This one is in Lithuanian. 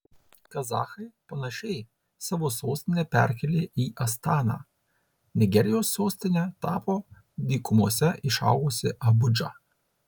kazachai panašiai savo sostinę perkėlė į astaną nigerijos sostine tapo dykumose išaugusi abudža